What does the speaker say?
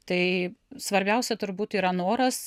tai svarbiausia turbūt yra noras